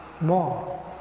more